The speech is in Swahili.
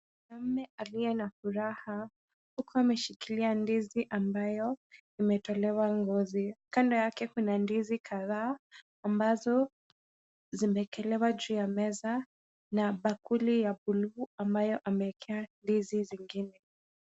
Mwanaume aliye na furaha huku ameshikilia ndizi ambayo imetolewa ngozi. Kando yake kuna ndizi kadhaa ambazo zimewekelewa juu ya meza na bakuli ya blue ambayo amewekea ndizi zingine.